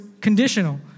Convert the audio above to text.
conditional